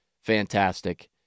fantastic